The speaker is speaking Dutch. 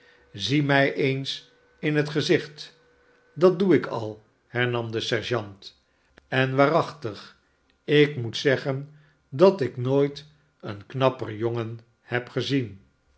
zie mij eens in het gezicht dat doe ik al hernam de sergeant en waarachtig ik moet zeggen dat ik nooit een knapper jongen heb gezien